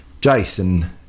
Jason